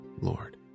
Lord